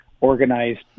organized